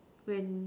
when